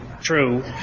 true